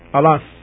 alas